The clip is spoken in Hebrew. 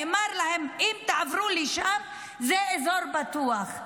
נאמר להם: אם תעברו לשם, זה אזור בטוח.